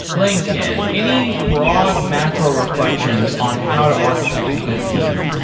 linkedin. any broad macro reflections on how to architect a good feed?